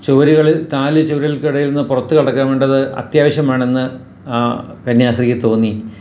ചുവരുകളിൽ നാല് ചുവരുകൾക്കിടയിൽ നിന്ന് പുറത്ത് കിടക്കേണ്ടത് അത്യാവശ്യമാണെന്ന് ആ കന്യാസ്ത്രീക്ക് തോന്നി